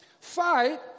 Fight